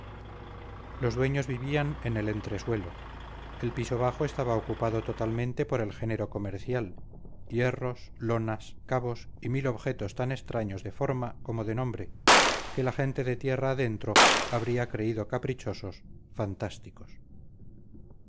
los dueños vivían en el entresuelo el piso bajo estaba ocupado totalmente por el género comercial hierros lonas cabos y mil objetos tan extraños de forma como de nombre que la gente de tierra adentro habría creído caprichosos fantásticos